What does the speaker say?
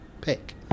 pick